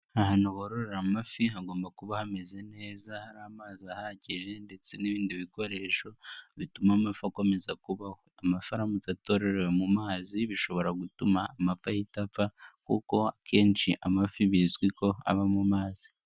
Ahantu bororera amafi hagomba kuba hameze neza hari amazi ahagije ndetse n'ibindi bikoresho bituma amafi akomeza kubaho, amafi aramutse atororewe mu mazi bishobora gutuma amafi ahita aapfa kuko akenshi amafi bizwi ko aba mu mazi.